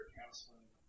counseling